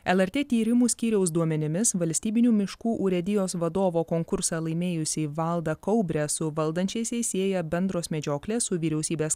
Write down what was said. lrt tyrimų skyriaus duomenimis valstybinių miškų urėdijos vadovo konkursą laimėjusį valdą kaubrę su valdančiaisiais sieja bendros medžioklės su vyriausybės